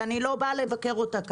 שאני לא באה לבקר אותה כאן,